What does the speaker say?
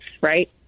Right